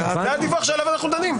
זה הדיווח שעליו אנחנו דנים.